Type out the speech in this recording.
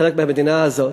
חלק מהמדינה הזאת.